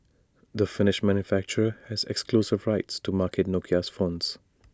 the finnish manufacturer has exclusive rights to market Nokia's phones